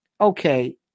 Okay